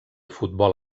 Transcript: futbol